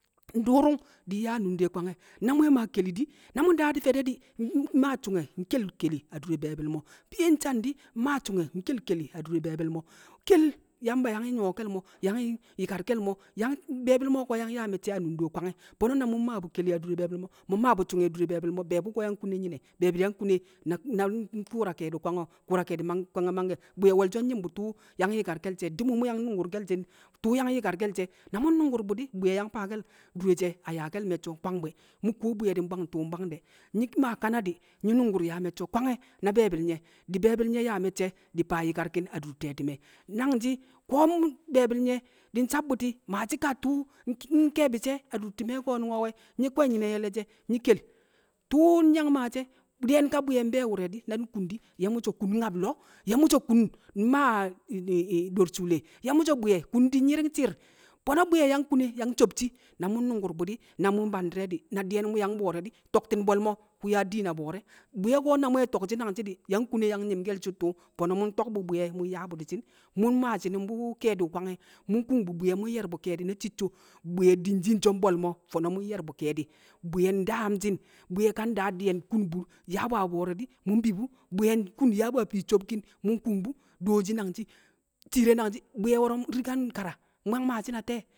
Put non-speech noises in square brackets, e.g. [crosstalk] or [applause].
ndu̱u̱ru̱ng di̱ nyaa nunde kwange̱. Na mu̱ we̱ maa keli di̱ na mu̱ ndaa di̱ fe̱de̱ di̱, mmaa su̱nge̱ nkel keli dure be̱e̱bi̱l mo̱, fiye nsan di̱, mmaa su̱nge̱ nkel keli dure be̱e̱bi̱l mo̱, kel Yamba yang a nyu̱wo̱ke̱l mo̱ yang yi̱karke̱l mo̱ be̱e̱bi̱l mo̱ [hesitation] yang yaa me̱cce̱ a nundo kwange̱. Fo̱no̱ na mu̱ mmaa bu̱ keli adure be̱e̱bi̱l mo̱, mu̱ mmaa bu̱ su̱nge̱ adure be̱e̱bi̱l mo̱ di̱, be̱e̱bu̱ ko̱ yang kune nyi̱ne̱? be̱e̱bu̱ yang kune na ku̱u̱ra ke̱e̱du̱ kwange̱ o̱? Ku̱u̱ra ke̱e̱di̱ wu̱ kwange̱ mangke̱. Bwi̱ye̱ wo̱lsho̱ nyi̱m bu̱ tu̱u̱ yang yɪkarke̱l she̱, di̱ mu̱ mu̱ yang nu̱ngku̱rke̱l shẹ tu̱u̱ yang yi̱karke̱l she̱. mu̱ nnu̱ngku̱r bu̱ di̱, bwi̱ye̱ yang faake̱l dure she̱ a yaake̱l me̱cce̱ wu̱ nkwang bu̱ e̱. Mu̱ kuwo bwi̱yɛɛ di̱ mbwang tu̱u̱ mbwang de̱ Nyi̱ maa kanadi̱, nƴi̱ nu̱ngku̱r yaa me̱cce̱ wu̱ kwange̱ na be̱e̱bi̱l nye̱, di̱ be̱e̱bi̱l nye̱ yaa me̱cce̱ di̱ faa yi̱karki̱n adur te̱ti̱me̱ Nangshi̱ ko̱ [hesitation] be̱e̱bi̱l nye̱ di̱ nsabbu̱ti̱ maashi̱ ka tu̱u̱ nke̱e̱bi̱ shi̱ e̱ adur ti̱me̱ ko̱nu̱ngo̱ we̱. Nyi̱ kwe̱nyi̱ne̱ ye̱le̱ she̱. Tu̱u̱ nyi̱ yang maashi̱ e̱ di̱ye̱n bwi̱ƴe̱ bwi̱ye̱ di̱, na di̱ nkun di̱ mu̱ so̱ kun nyab lo̱o̱, ye̱ mu̱ so̱ kun mmaa [hesitation] do̱r shuule, ye̱ mu̱ so̱ bwi̱yẹ kun dị nyi̱r; ɪng shi̱i̱r fo̱no̱ bwi̱ye̱ yang kune yang so̱bshi̱ Na yang bo̱o̱re̱ di̱ to̱kti̱n bo̱l mo̱ ku̱ yaa diin a bo̱o̱re̱, bwi̱ye̱ ko̱ na mu̱ we̱ to̱kshi̱ nangshi̱ di̱, yang kune yang nyi̱mke̱l su̱ttu̱. Fo̱no̱ mu̱ nto̱k bu̱ bwi̱yẹ mu̱ nyaa bu̱ di̱shi̱n, mu̱ mmaa shi̱nu̱m bu̱ ke̱e̱du̱ kwange̱, mu̱ nkung bu̱ bwi̱ye̱ mu̱ nye̱r bu̱ ke̱e̱di̱ na cicco, bwi̱ye̱ dinshin so̱ mbo̱l mo̱, fo̱no̱ mu̱ nye̱r bu̱ ke̱e̱di̱. Bwi̱ye̱ ndaamshi̱n Bwi̱ye̱ ka ndaa di̱ye̱n nkun bu̱ nyaa bu̱ a- a bo̱o̱rẹ di̱, mu̱ mbi bu. Bwi̱ye̱ nyaa bu̱ a fii sobkin [hesitation] dooshi nangshi̱, shiire nangshi̱, bwi̱ye̱ wo̱ro̱ nriga nkara, mu̱ a mmaashi̱ na te̱e̱?